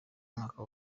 umwaka